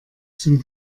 zum